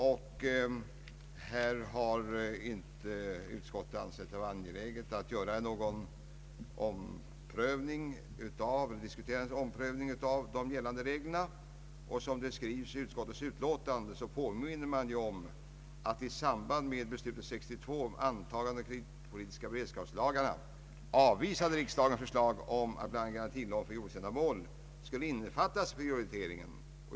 Utskottet har inte ansett det vara angeläget att diskutera någon omprövning av de gällande reglerna. Utskottet påpekar att i samband med beslutet 1962 om antagande av de kreditpolitiska beredskapslagarna avvisade riksdagen förslag om att garantilån för jordbruksändamål skulle innefattas i prioriteringen.